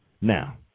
Now